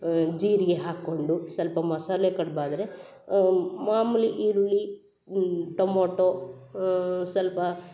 ಜೀರಿಗೆ ಹಾಕ್ಕೊಂಡು ಸ್ವಲ್ಪ ಮಸಾಲೆ ಕಡ್ಬಾದರೆ ಮಾಮೂಲಿ ಈರುಳ್ಳಿ ಟೊಮೋಟೋ ಸ್ವಲ್ಪ